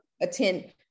attend